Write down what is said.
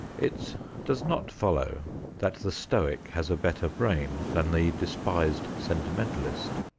it does not follow that the stoic has a better brain than the despised sentimentalist.